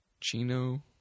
Chino